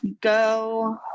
Go